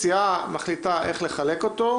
הסיעה מחליטה איך לחלק אותו,